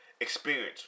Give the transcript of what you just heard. experience